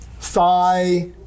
thigh